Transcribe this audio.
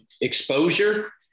Exposure